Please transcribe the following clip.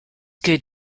good